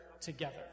together